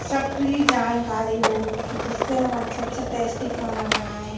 सब पूरी जानकारी हो जिससे हम अच्छा अच्छा टैस्टी खाना बनाएं